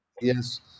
Yes